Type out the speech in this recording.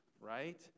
right